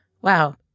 Wow